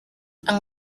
han